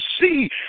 see